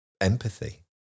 empathy